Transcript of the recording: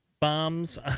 bombs